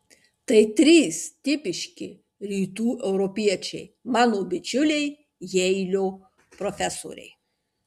tai trys tipiški rytų europiečiai mano bičiuliai jeilio profesoriai